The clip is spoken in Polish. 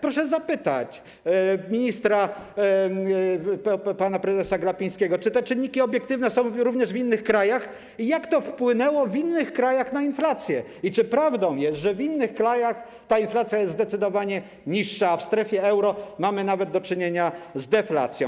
Proszę zapytać ministra pana prezesa Glapińskiego, czy te czynniki obiektywne są również w innych krajach i jak to wpłynęło w innych krajach na inflację oraz czy prawdą jest, że w innych krajach ta inflacja jest zdecydowanie niższa, a w strefie euro mamy do czynienia nawet z deflacją.